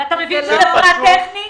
ואתה מבין שזה פרט טכני.